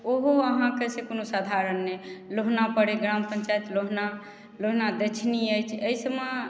ओहो अहाँके से कोनो साधारण नहि लोहना पड़ैया ग्राम पन्चायत लोहना लोहना दक्षिणी अछि एहि सभमे